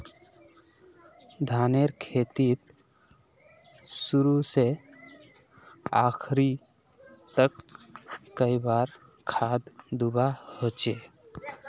धानेर खेतीत शुरू से आखरी तक कई बार खाद दुबा होचए?